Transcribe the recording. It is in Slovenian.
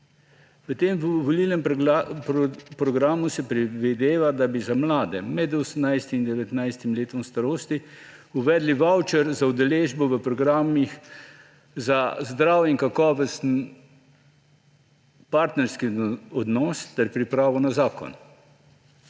V tem volilnem programu se predvideva, da bi za mlade med 18. in 29. letom starosti uvedli vavčer za udeležbo v programih za zdrav in kakovosten partnerski odnos ter pripravo na zakon.